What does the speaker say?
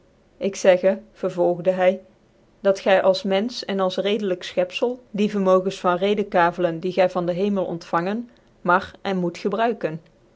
ik zegge vereen neger vervolgde hy dat gy als mcnfch en als redelijk fchcpzel die vermogens van rcdcnkavelen die gy van den hemel ontfangen mag cn moet gebruiken